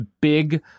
big